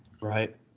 right